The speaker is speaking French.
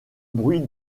bruit